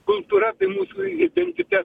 kultūra tai mūsų identitetas